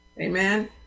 Amen